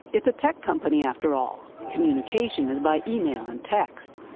it's a tech company after all. communication is by email and text.